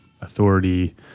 authority